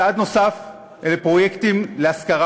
צעד נוסף הוא פרויקטים להשכרה,